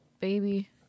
baby